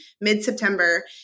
mid-September